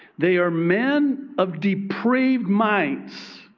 they are men of depraved minds,